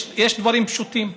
יש דברים פשוטים: